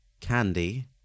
Candy